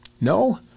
No